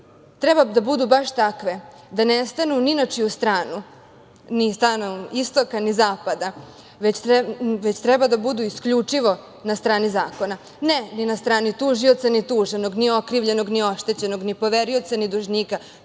treba da budu baš takve, da ne stanu ni na čiju stranu, ni stranu istoka ni zapada, već treba da budu isključivo na strani zakona. Ne ni na strani tužioca, ni tuženog, ni okrivljenog, ni oštećenog, ni poverioca, ni dužnika,